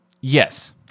yes